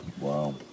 Wow